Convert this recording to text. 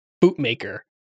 bootmaker